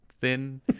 thin